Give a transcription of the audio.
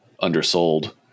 undersold